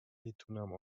میتونم